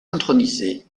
intronisé